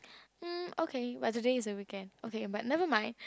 mm okay but today is a weekend okay but nevermind